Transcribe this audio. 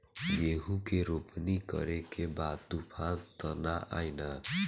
गेहूं के रोपनी करे के बा तूफान त ना आई न?